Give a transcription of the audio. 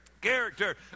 character